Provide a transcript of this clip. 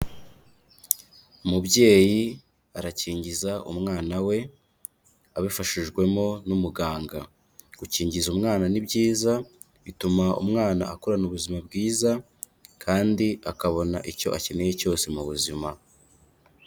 Umubyeyi arakingiza umwana we abifashijwemo n'umuganga. Gukingiza umwana ni byiza bituma umwana akurana ubuzima bwiza kandi akabona icyo akeneye cyose mu buzima.